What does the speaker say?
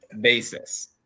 basis